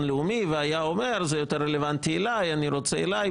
לאומי והיה אומר שזה יותר רלוונטי אליו והוא רוצה את זה אליו,